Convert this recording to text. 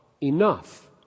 enough